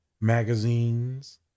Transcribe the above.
magazines